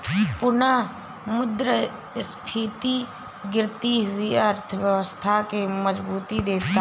पुनःमुद्रस्फीति गिरती हुई अर्थव्यवस्था के मजबूती देता है